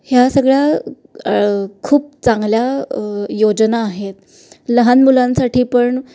ह्या सगळ्या खूप चांगल्या योजना आहेत लहान मुलांसाठी पण